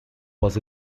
was